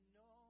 no